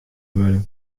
wurde